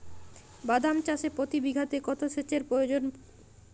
বাদাম চাষে প্রতি বিঘাতে কত সেচের প্রয়োজন?